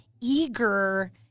eager